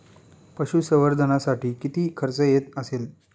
पशुसंवर्धनासाठी किती खर्च येत असेल?